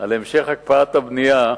על המשך הקפאת הבנייה,